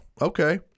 okay